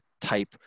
type